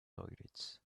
toilets